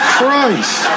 Christ